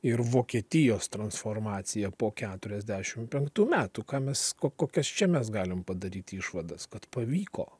ir vokietijos transformacija po keturiasdešim penktų metų ką mes ko kokias čia mes galim padaryti išvadas kad pavyko